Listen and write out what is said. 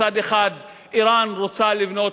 מצד אחד, אירן רוצה לבנות